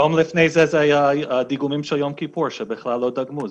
יום לפני זה היה יום כיפור, שבכלל לא דגמו.